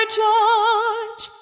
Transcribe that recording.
judge